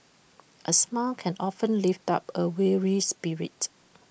A smile can often lift up A weary spirit